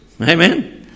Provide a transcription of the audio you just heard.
Amen